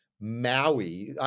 Maui